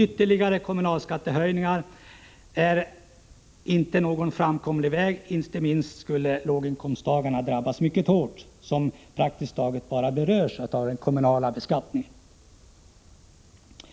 Ytterligare kommunalskattehöjningar är inte någon framkomlig väg. Inte minst skulle låginkomsttagarna drabbas mycket hårt — det är ju praktiskt bara den kommunala beskattningen som de berörs av.